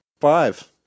five